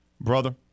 Brother